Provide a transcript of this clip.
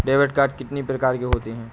Debit card कितनी प्रकार के होते हैं?